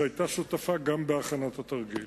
שהיתה שותפה גם בהכנת התרגיל.